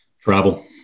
Travel